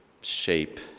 shape